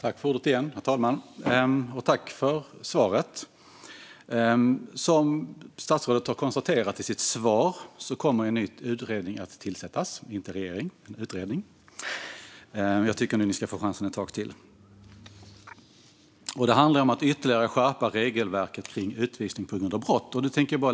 Herr talman! Jag tackar statsrådet för svaret. Som Maria Malmer Stenergard konstaterat i sitt svar kommer en ny utredning att tillsättas - alltså inte en ny regering utan en utredning . Jag tycker nog att ni ska få chansen ett tag till. Utredningen handlar om att ytterligare skärpa regelverket kring utvisning på grund av brott.